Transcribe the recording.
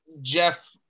Jeff